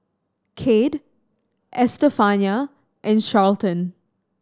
Kade Estefania and Charlton